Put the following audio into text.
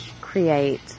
create